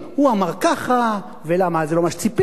הוא אמר ככה ולמה זה לא מה שציפינו,